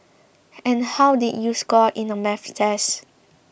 and how did you score in the Maths test